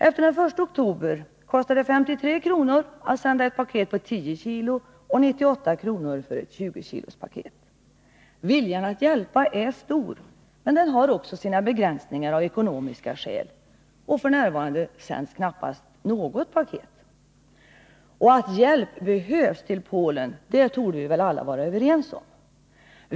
Efter den 1 oktober kostar det 53 kr. att sända ett paket på 10 kilo och 98 kr. för ett paket på 20 kilo. Viljan att hjälpa är stor, men den har av ekonomiska skäl också sina begränsningar. F.n. sänds knappast något paket. Att hjälp till Polen behövs torde vi väl alla vara överens om.